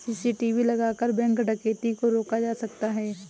CCTV लगाकर bank डकैती को रोका जा सकता है